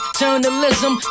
journalism